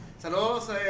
Saludos